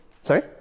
Sorry